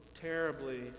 terribly